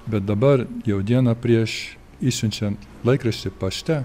bet dabar jau dieną prieš išsiunčiant laikraštį pašte